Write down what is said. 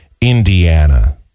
Indiana